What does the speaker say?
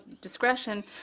discretion